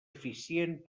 eficient